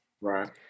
right